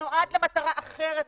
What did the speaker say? שנועד למטרה אחרת